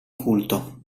culto